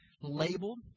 labeled